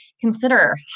Consider